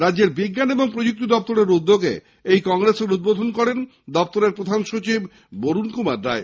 রাজ্যের বিজ্ঞান এবং প্রযুক্তি দফতরের উদ্যোগে এই কংগ্রেসের উদ্বোধন করেন দফতরের প্রধান সচিব বরুণ কুমার রায়